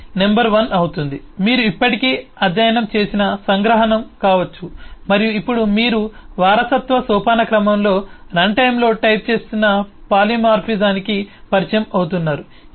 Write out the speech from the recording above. ఇది నంబర్ 1 అవుతుంది మీరు ఇప్పటికే అధ్యయనం చేసిన సంగ్రహణ కావచ్చు మరియు ఇప్పుడు మీరు వారసత్వ సోపానక్రమంలో రన్టైమ్లో టైప్ చేస్తున్న పాలిమార్ఫిజానికి పరిచయం అవుతున్నారు